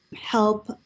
help